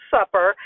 Supper